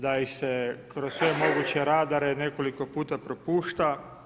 Da im se kroz sve moguće radare i nekoliko puta propušta.